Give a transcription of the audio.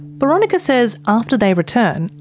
boronika says after they return,